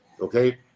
okay